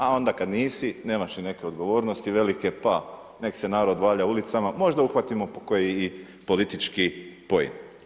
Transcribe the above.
A onda kad nisi nemaš ni neke odgovornosti velike pa nek' se narod valja ulicama, možda uhvatimo pokoji i politički poen.